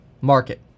market